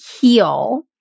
heal